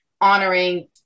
honoring